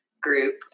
group